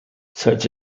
such